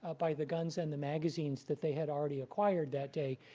ah by the guns and the magazines that they had already acquired that day.